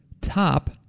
top